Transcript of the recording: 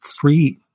three